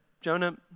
Jonah